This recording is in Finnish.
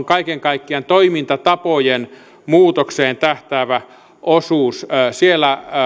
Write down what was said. kaiken kaikkiaan toimintatapojen muutokseen tähtäävä osuus siellä